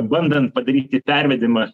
bandant padaryti pervedimą